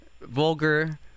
vulgar